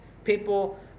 people